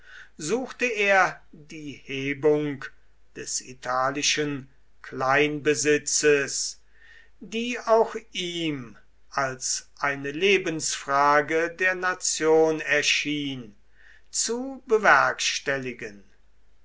suchte er die hebung des italischen kleinbesitzes die auch ihm als eine lebensfrage der nation erschien zu bewerkstelligen